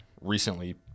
recently